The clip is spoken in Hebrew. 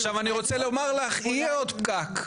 עכשיו אני רוצה לומר לך יהיה עוד פקק,